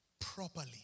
properly